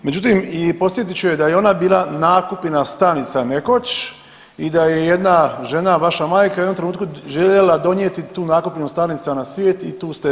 Međutim, podsjetit ću je da je i ona bila nakupina stanica nekoć i da je jedna žena vaša majka u jednom trenutku željela donijeti tu nakupinu stanica na svijet i tu ste vi.